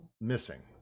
missing